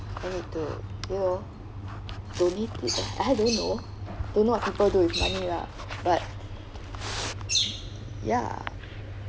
I need to you know to live with a I don't know don't know what people do with money lah but ya